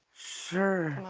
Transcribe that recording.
sure.